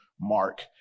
Mark